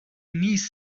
niece